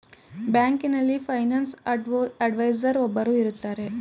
ಬ್ಯಾಂಕಿನಲ್ಲಿ finance adviser ಒಬ್ಬರು ಇರುತ್ತಾರೆ